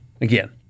again